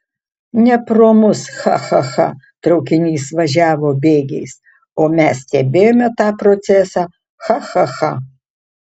ne pro mus cha cha cha traukinys važiavo bėgiais o mes stebėjome tą procesą cha cha cha